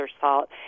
salt